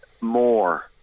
more